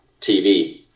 TV